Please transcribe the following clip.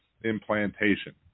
implantation